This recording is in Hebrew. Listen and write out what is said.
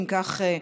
אם כך,